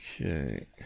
Okay